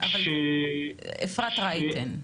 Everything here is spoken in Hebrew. העבודה, אפרת רייטן.